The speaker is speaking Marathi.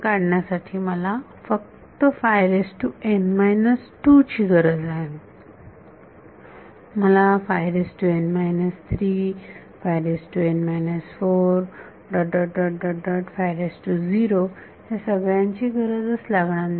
काढण्यासाठी मला फक्त ची गरज आहे मला ह्या सगळ्यांची गरज लागणार नाही